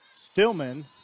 Stillman